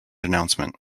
announcement